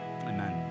Amen